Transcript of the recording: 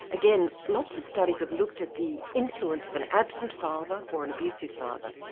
again lots of studies have looked at the influence of an absent father or an abusive father.